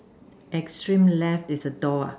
extreme left is a door ah